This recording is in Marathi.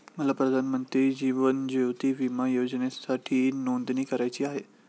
मला प्रधानमंत्री जीवन ज्योती विमा योजनेसाठी नोंदणी करायची आहे